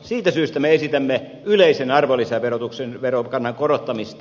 siitä syystä me esitämme yleisen arvonlisäverotuksen verokannan korottamista